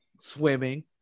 swimming